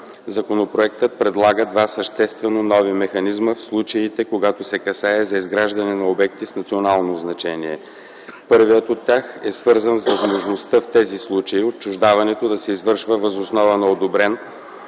Законопроектът предлага два съществено нови механизма, в случаите, когато се касае за изграждане на обекти с национално значение. Първият от тях е свързан с възможността в тези случаи отчуждаването да се извършва въз основа на одобрен